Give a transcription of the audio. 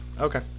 Okay